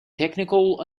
technical